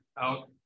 out